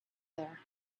there